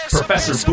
Professor